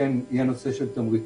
היא נושא התמריצים.